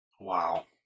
Wow